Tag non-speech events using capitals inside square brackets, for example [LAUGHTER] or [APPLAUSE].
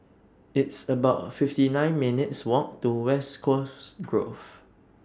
It's about fifty nine minutes' Walk to West Coast [NOISE] Grove